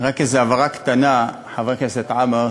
רק איזו הבהרה קטנה, חבר הכנסת עמאר,